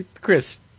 Chris